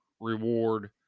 reward